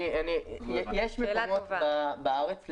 יש מקומות בארץ,